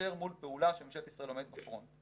מאשר מול פעולה שממשלת ישראל עומדת בפרונט.